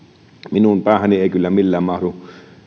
minun päähäni ei kyllä millään mahdu